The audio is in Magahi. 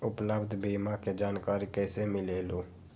उपलब्ध बीमा के जानकारी कैसे मिलेलु?